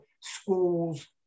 schools